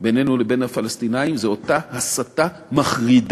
בינינו לבין הפלסטינים הוא אותה הסתה מחרידה,